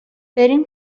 بریم